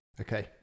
Okay